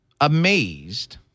amazed